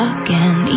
again